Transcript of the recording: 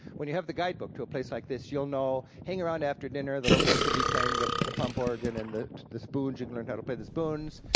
when you have the guidebook to a place like this, you'll know, hang around after dinner, the locals would be playing the the pump organ and the the spoons, you learn how to play the spoons,